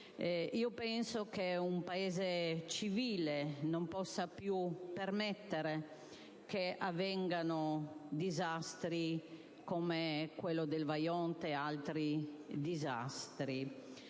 Ritengo che un Paese civile non possa più permettere che avvengano disastri come quello del Vajont e simili.